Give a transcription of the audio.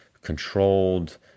controlled